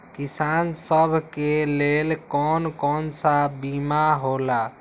किसान सब के लेल कौन कौन सा बीमा होला?